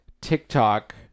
TikTok